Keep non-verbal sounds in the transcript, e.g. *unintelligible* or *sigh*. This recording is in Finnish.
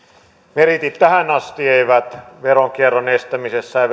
meriitit tähän asti eivät veronkierron estämisessä ja *unintelligible*